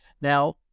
Now